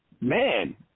man